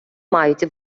мають